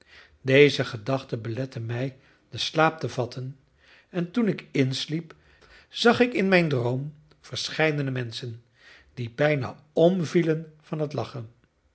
deze gedachten beletten mij den slaap te vatten en toen ik insliep zag ik in mijn droom verscheidene menschen die bijna omvielen van het lachen